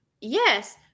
yes